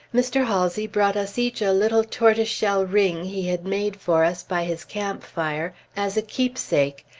mr. halsey brought us each a little tortoise-shell ring he had made for us by his camp-fire, as a keepsake,